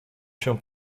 się